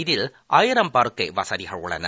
இதில் ஆயிரம் படுக்கை வசதிகள் உள்ளன